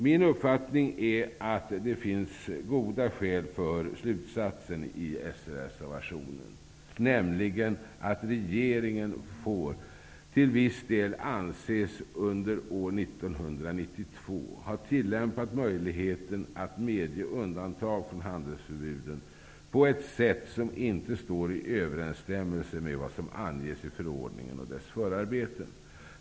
Min uppfattning är att det finns goda skäl för slutsatsen i s-reservationen, nämligen att regeringen får till viss del anses under år 1992 ha tillämpat möjligheten att medge undantag från handelsförbuden på ett sätt som inte står i överensstämmelse med vad som anges i förordningen och dess förarbeten.